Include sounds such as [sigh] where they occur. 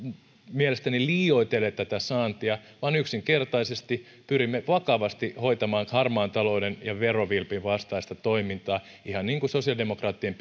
mielestäni edes liioitelleet tätä saantia vaan yksinkertaisesti pyrimme vakavasti hoitamaan harmaan talouden ja verovilpin vastaista toimintaa ihan niin kuin sosiaalidemokraattien [unintelligible]